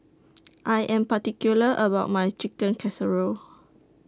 I Am particular about My Chicken Casserole